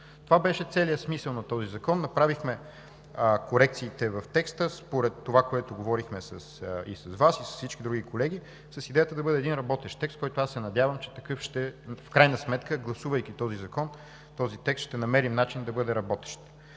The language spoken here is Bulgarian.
Това беше целият смисъл на този закон. Направихме корекциите в текста според това, което говорихме и с Вас, и с всички други колеги, с идеята да бъде един работещ текст, който аз се надявам, че в крайна сметка, гласувайки този закон, този текст ще намери начин да бъде работещ.